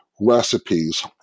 recipes